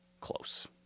close